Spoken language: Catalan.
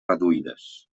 reduïdes